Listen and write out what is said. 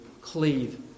Cleave